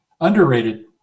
Underrated